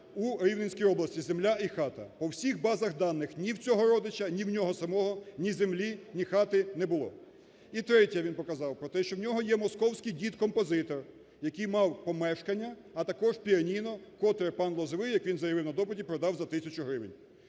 у Рівненській області, земля і хата. По всіх базах даних ні в цього родича, ні в нього самого ні землі, ні хати не було. І третє він показав про те, що в нього є московський дід композитор, який мав помешкання, а також піаніно, котре пан Лозовой, як він заявив на допиті, продав за тисячу гривень,